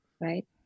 right